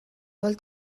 vol